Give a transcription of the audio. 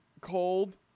Cold